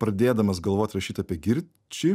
pradėdamas galvot rašyt apie girčį